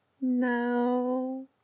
No